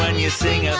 you sing